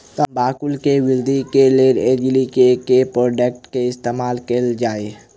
तम्बाकू केँ वृद्धि केँ लेल एग्री केँ के प्रोडक्ट केँ इस्तेमाल कैल जाय?